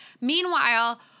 Meanwhile